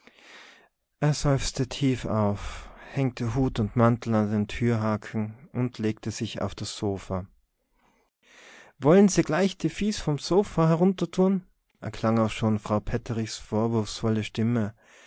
er seufzte tief auf hängte hut und mantel an den türhaken und legte sich auf das sofa wolle se gleich die fieß vom sofa erunner dhun erklang auch schon frau petterichs vorwurfsvolle stimme